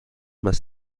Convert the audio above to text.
más